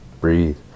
Breathe